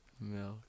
Milk